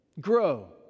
grow